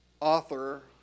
author